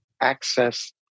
access